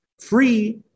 Free